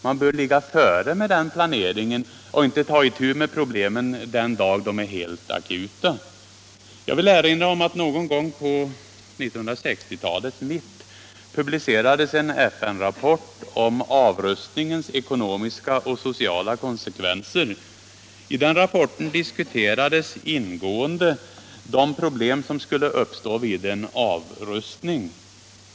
Man bör ligga före med den planeringen och inte ta itu med problemen den dag de är helt akuta. Jag vill erinra om att det någon gång vid 1960-talets mitt publicerades en FN-rapport om avrustningens ekonomiska och sociala konsekvenser. I den rapporten diskuterades ingående de problem som skulle uppstå vid en avrustning.